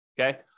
Okay